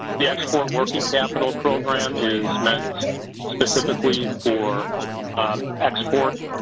the export working capital program is meant specifically for export